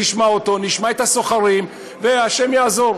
נשמע אותו, נשמע את הסוחרים, והשם יעזור.